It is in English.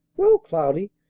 well, cloudy,